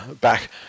back